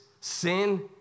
sin